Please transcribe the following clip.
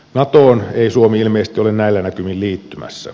natoon ei suomi ilmeisesti ole näillä näkymin liittymässä